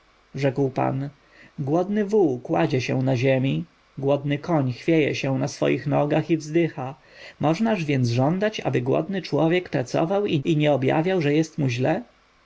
rzekł pan głodny wół kładzie się na ziemi głodny koń chwieje się na swych nogach i zdycha czy można więc żądać aby głodny człowiek pracował i nie objawiał że mu jest źle